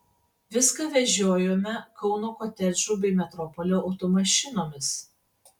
viską vežiojome kauno kotedžų bei metropolio automašinomis